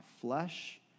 flesh